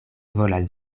volas